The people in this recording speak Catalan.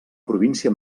província